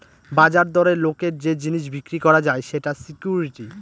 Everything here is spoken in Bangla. বাজার দরে লোকের যে জিনিস বিক্রি করা যায় সেটা সিকুইরিটি